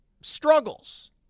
struggles